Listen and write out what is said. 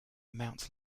mount